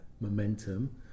momentum